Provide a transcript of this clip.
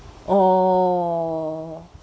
oh